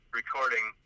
recording